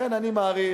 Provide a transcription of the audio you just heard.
לכן אני מעריך